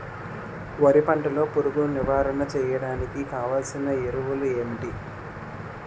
వరి పంట లో పురుగు నివారణ చేయడానికి వాడాల్సిన ఎరువులు ఏంటి?